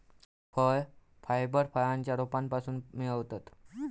फळ फायबर फळांच्या रोपांपासून मिळवतत